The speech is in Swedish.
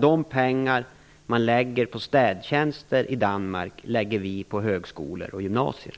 De pengar man lägger på städtjänster i Danmark lägger vi på högskolor och gymnasium.